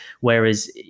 whereas